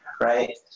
right